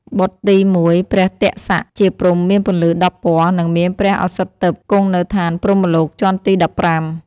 បុត្រទី១ ព្រះទក្សៈ ជាព្រហ្មមានពន្លឺ១០ពណ៌ និងមានព្រះឱស្ឋទិព្វ គង់នៅឋានព្រហ្មលោកជាន់ទី១៥ ។